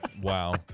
Wow